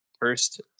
first